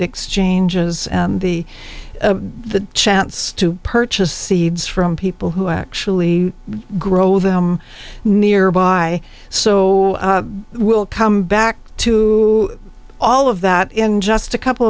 exchanges and the the chance to purchase seeds from people who actually grow them nearby so we'll come back to all of that in just a couple of